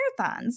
marathons